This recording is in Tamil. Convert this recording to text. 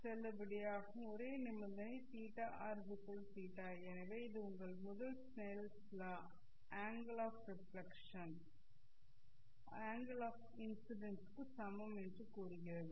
செல்லுபடியாகும் ஒரே நிபந்தனை θr θi எனவே இது உங்கள் முதல் ஸ்னெல்லின் law Snell's Law angle of reflection angle of incidence க்கு சமம் என்று கூறுகிறது